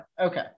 Okay